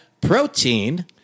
protein